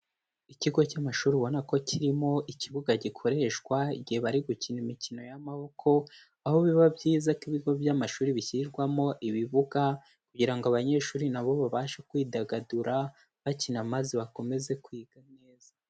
Ikigo cy'amashuri ubona ko kirimo ikibuga gikoreshwa igihe bari gukina imikino y'amaboko, aho biba byiza ko ibigo by'amashuri bishyirwamo ibibuga kugira ngo abanyeshuri na bo babashe kwidagadura bakina maze bakomeze kwiga neza.